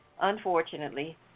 unfortunately